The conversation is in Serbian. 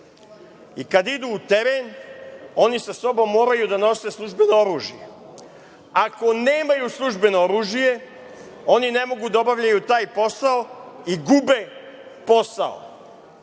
i kad idu na teren, oni sa sobom moraju da nose službeno oružje. Ako nemaju službeno oružje, oni ne mogu da obavljaju taj posao i gube posao.